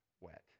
wet